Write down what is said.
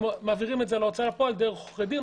הם מעבירים את זה להוצאה לפועל דרך עורכי דין